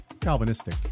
Calvinistic